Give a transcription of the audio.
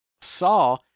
saw